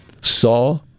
saw